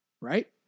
Right